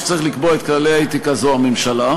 שצריך לקבוע את כללי האתיקה זה הממשלה.